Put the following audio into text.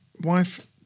wife